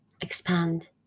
expand